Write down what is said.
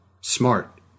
Smart